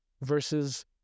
versus